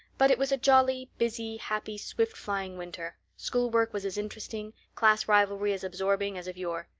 but it was a jolly, busy, happy swift-flying winter. schoolwork was as interesting, class rivalry as absorbing, as of yore.